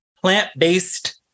plant-based